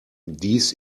dies